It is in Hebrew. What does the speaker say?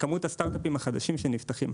כמות הסטארט-אפים שנפתחים.